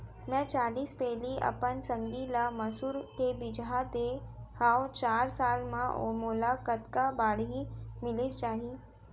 मैं चालीस पैली अपन संगी ल मसूर के बीजहा दे हव चार साल म मोला कतका बाड़ही मिलिस जाही?